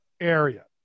area